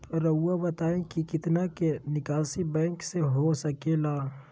रहुआ बताइं कि कितना के निकासी बैंक से हो सके ला?